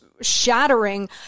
shattering